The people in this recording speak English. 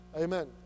Amen